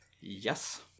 Yes